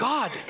God